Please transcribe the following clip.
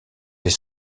est